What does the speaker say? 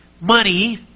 money